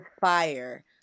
fire